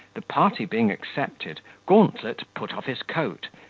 the party being accepted, gauntlet put off his coat,